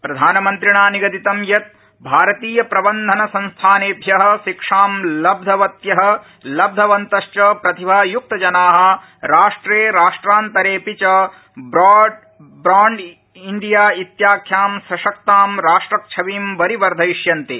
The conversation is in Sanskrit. प्रधानमन्त्रिणा निगदितं यत् भारतीयप्रबन्धनसंस्थानेभ्य शिक्षां लव्धवत्य लव्धवन्तश्च प्रातिभायुक्तजना राष्ट्रे राष्ट्रान्तोऽपि च ब्रॉड इन्डिया इत्याख्यां सशक्तां राष्ट्रछविं वरिवर्धयिष्यन्ते